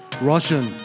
Russian